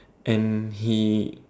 and he